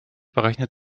berechnet